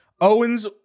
Owens